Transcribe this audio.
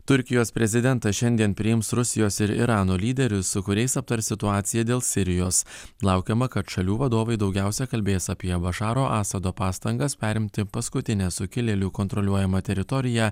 turkijos prezidentas šiandien priims rusijos ir irano lyderius su kuriais aptars situaciją dėl sirijos laukiama kad šalių vadovai daugiausiai kalbės apie bašaro asado pastangas perimti paskutinę sukilėlių kontroliuojamą teritoriją